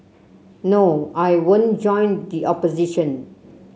no I won't join the opposition